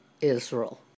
Israel